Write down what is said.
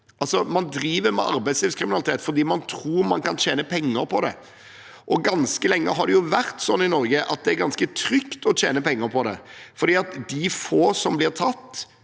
Man driver med arbeidslivskriminalitet fordi man tror man kan tjene penger på det. Ganske lenge har det vært slik i Norge at det er ganske trygt å tjene penger på det, fordi de få som blir tatt,